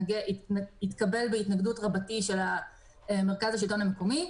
התקבל בהתנגדות רבתי של מרכז השלטון המקומי,